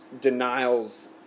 denials